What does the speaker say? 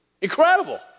Incredible